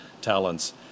talents